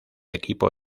equipo